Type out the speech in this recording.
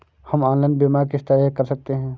हम ऑनलाइन बीमा किस तरह कर सकते हैं?